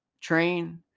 train